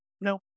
no